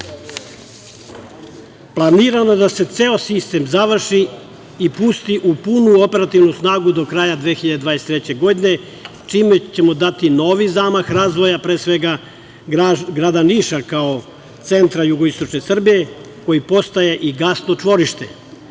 planirano da se ceo sistem završi i pusti u punu operativnu snagu do kraja 2023. godine čime ćemo dati novi zamah razvoja, pre svega, grada Niša kao centra jugoistočne Srbije koji postaje i gasno čvorište,